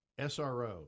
SRO